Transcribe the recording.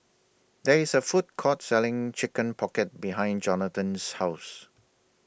There IS A Food Court Selling Chicken Pocket behind Jonatan's House